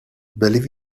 believe